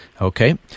Okay